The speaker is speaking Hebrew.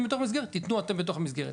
אותם בתוך המסגרת תיתנו אתם בתוך המסגרת.